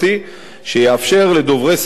שיאפשר לדוברי שפות שונות,